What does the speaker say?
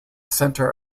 center